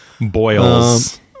Boils